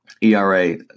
ERA